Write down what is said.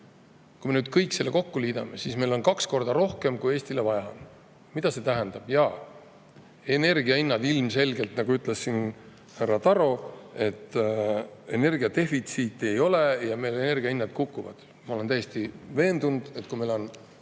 Kui me kõik selle kokku liidame, siis meil on kaks korda rohkem [energiat], kui Eestil vaja on. Mida see tähendab? Jaa, ilmselgelt, nagu ütles siin härra Taro, energia defitsiiti ei ole ja energia hinnad kukuvad. Ma olen täiesti veendunud, et kui meil on